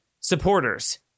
supporters